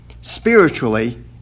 spiritually